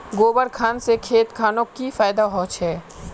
गोबर खान से खेत खानोक की फायदा होछै?